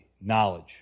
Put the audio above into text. knowledge